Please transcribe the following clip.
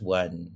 one